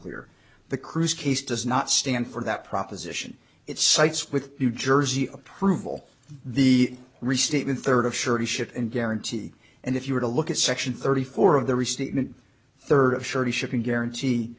clear the cruise case does not stand for that proposition it cites with new jersey approval the restatement third of surety ship and guarantee and if you were to look at section thirty four of the restatement third of surety shipping guarantee